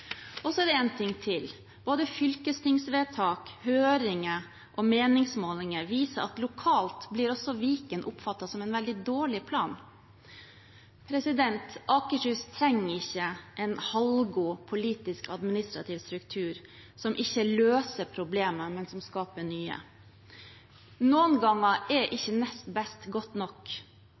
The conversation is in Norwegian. Så er det en ting til: Både fylkestingsvedtak, høringer og meningsmålinger viser at lokalt blir også Viken oppfattet som en veldig dårlig plan. Akershus trenger ikke en halvgod politisk og administrativ struktur som ikke løser problemer, men skaper nye. Noen ganger er ikke nest best godt nok.